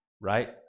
right